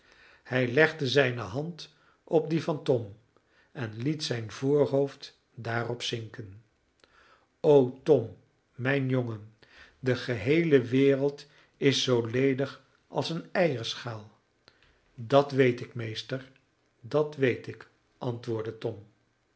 hij legde zijne hand op die van tom en liet zijn voorhoofd daarop zinken o tom mijn jongen de geheele wereld is zoo ledig als een eierschaal dat weet ik meester dat weet ik antwoordde tom